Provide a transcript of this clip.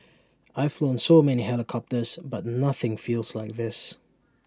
I've flown so many helicopters but nothing feels like this